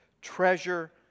treasure